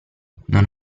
non